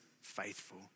faithful